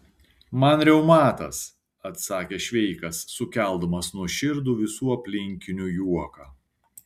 man reumatas atsakė šveikas sukeldamas nuoširdų visų aplinkinių juoką